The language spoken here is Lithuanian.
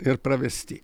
ir pravesti